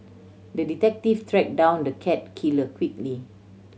the detective track down the cat killer quickly